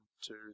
two